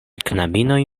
knabinoj